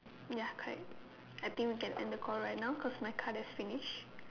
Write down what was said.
ya correct I think we can end the call right now because my card have finish